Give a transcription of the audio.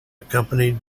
accompanied